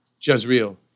Jezreel